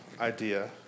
idea